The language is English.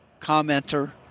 commenter